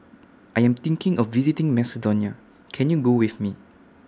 I Am thinking of visiting Macedonia Can YOU Go with Me